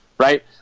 Right